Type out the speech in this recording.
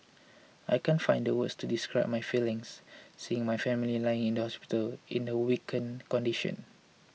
I can't find the words to describe my feelings seeing my family lying in the hospital in a weakened condition